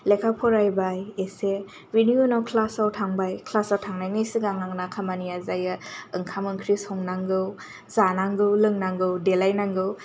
लेखा फरायबाय एसे बिनि उनाव क्लासाव थांबाय क्लासाव थांनायनि सिगां आंना खामानिया जायो ओंखाम ओंख्रि संनांगौ जानांगौ लोंनांगौ देलायनांगौ